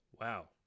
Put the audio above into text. Wow